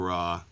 Raw